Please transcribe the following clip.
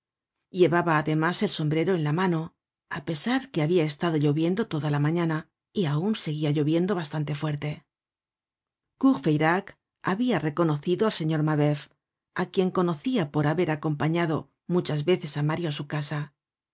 llevaba además el sombrero en la mano á pesar que habia estado lloviendo toda la mañana y aun segúia lloviendo bastante fuerte courfeyrac habia reconocido al señor mabeuf á quien conocia por haber acompañado muchas veces á mario á su casa